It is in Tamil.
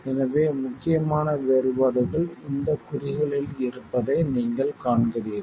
எனவே முக்கியமான வேறுபாடுகள் இந்த குறிகளில் இருப்பதை நீங்கள் காண்கிறீர்கள்